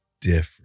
different